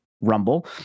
rumble